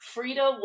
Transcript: Frida